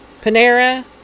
panera